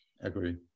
agree